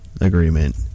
Agreement